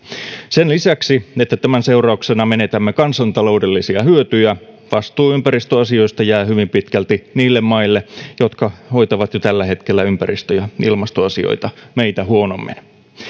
sen lisäksi että tämän seurauksena menetämme kansantaloudellisia hyötyjä vastuu ympäristöasioista jää hyvin pitkälti niille maille jotka hoitavat jo tällä hetkellä ympäristö ja ilmastoasioita meitä huonommin